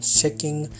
checking